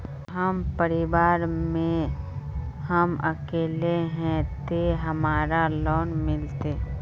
हम परिवार में हम अकेले है ते हमरा लोन मिलते?